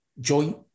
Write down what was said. joint